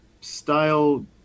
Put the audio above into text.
style